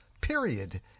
Period